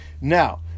Now